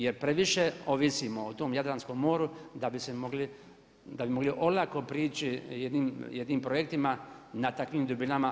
Jer previše ovisimo o tom Jadranskom moru da bi mogli olako priči jednim projektima na takvim dubinama.